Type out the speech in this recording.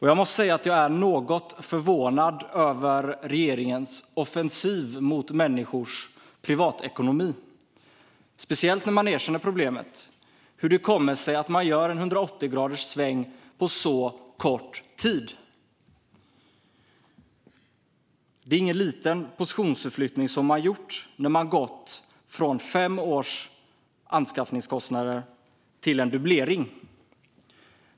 Jag måste säga att jag är något förvånad över regeringens offensiv mot människors privatekonomi, speciellt när man erkänner problemet. Hur kommer det sig att man gör en 180-graderssväng på så kort tid? Det är ingen liten positionsförflyttning man gjort när man gått från fem års anskaffningskostnader till en dubblering.